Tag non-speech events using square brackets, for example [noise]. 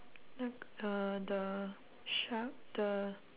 [noise] uh the shuck the